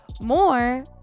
More